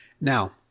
Now